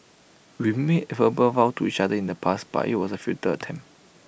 we made verbal vows to each other in the past but IT was A futile attempt